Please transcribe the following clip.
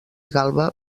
galba